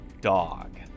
dog